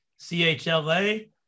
CHLA